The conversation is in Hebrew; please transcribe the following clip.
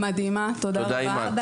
תודה, אימאן.